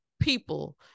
people